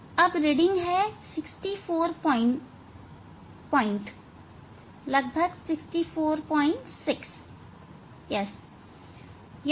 अब रीडिंग है 64 पॉइंट करीब 646 करीब 646